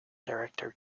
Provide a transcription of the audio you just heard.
director